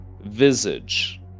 visage